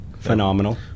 Phenomenal